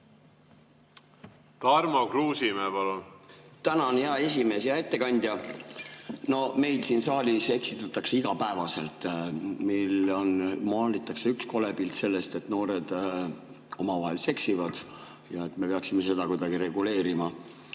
Tarmo Kruusimäe, palun! Tänan hea esimees! Hea ettekandja! Meid siin saalis eksitatakse igapäevaselt, meile maalitakse üks kole pilt sellest, et noored omavahel seksivad ja et me peaksime seda kuidagi reguleerima,